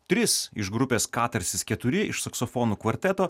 tris iš grupės katarsis keturi iš saksofonų kvarteto